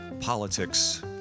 politics